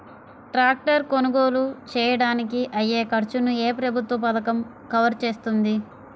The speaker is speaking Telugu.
ట్రాక్టర్ కొనుగోలు చేయడానికి అయ్యే ఖర్చును ఏ ప్రభుత్వ పథకం కవర్ చేస్తుంది?